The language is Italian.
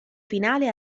finale